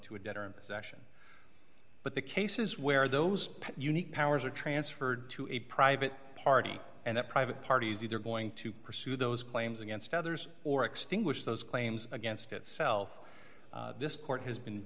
to a debtor in possession but the cases where those unique powers are transferred to a private party and that private parties are going to pursue those claims against others or extinguish those claims against itself this court has been